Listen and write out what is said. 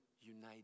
united